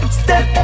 step